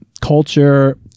culture